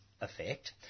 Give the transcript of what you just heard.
effect